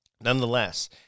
Nonetheless